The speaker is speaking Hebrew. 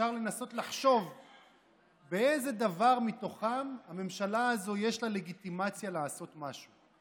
שאפשר לנסות לחשוב באיזה דבר מתוכם לממשלה הזו יש לגיטימציה לעשות משהו.